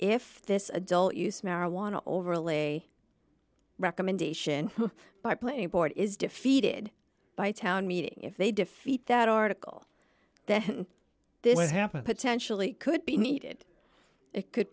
if this adult use marijuana overlay recommendation by playing board is defeated by town meeting if they defeat that article then this has happened potentially could be needed it could